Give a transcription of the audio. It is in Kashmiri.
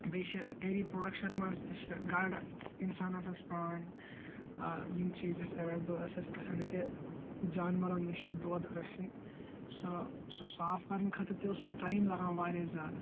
بیٚیہ چھ ڈیری پروڈَکشَن منٛز تہِ چھِ گاڈٕ اِنسانَس آسہٕ پیٚوان یِم چیز اَسہِ ایٚولیبٕل أسۍ اسہِ گَژھان کہِ جانوَرو نِش دۄد ٲسِن سُہ سُہ صاف کَرنہٕ خٲطرٕ تہِ اوس ٹایِم لَگان وارِیاہ زیادٕ